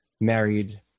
married